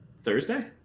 thursday